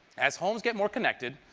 as homes get more connected,